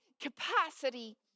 capacity